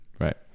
Right